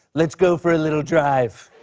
let's go for a little drive.